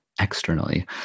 externally